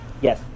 Yes